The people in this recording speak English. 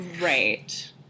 Right